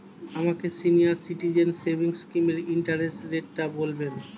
আমাকে senior citizen savings স্কিমের interest রেটটা বলবেন